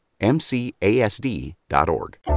MCASD.org